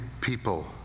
people